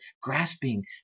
grasping